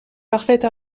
parfaite